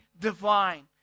divine